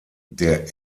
der